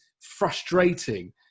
frustrating